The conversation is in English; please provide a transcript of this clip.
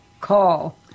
call